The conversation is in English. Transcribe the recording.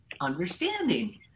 understanding